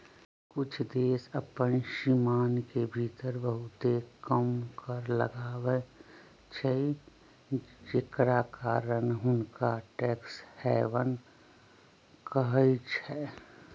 कुछ देश अप्पन सीमान के भीतर बहुते कम कर लगाबै छइ जेकरा कारण हुंनका टैक्स हैवन कहइ छै